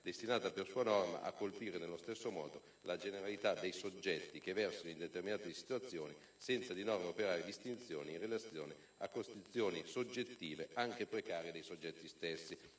destinata per sua natura a colpire nello stesso modo la generalità dei soggetti che versino in determinate situazioni, senza di norma operare distinzioni in relazione a condizioni soggettive anche precarie dei soggetti stessi».